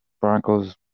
Broncos